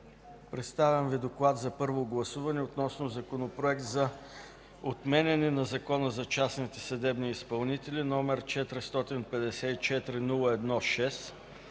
Представям Ви „ДОКЛАД за първо гласуване относно Законопроект за отменяне на Закона за частните съдебни изпълнители, № 454-01-6,